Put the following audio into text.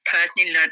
Personally